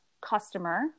customer